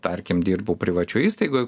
tarkim dirbu privačioj įstaigoj